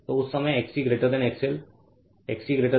तो उस समय XC XL XC XL